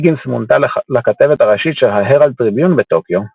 היגינס מונתה לכתבת הראשית של ההראלד טריביון בטוקיו.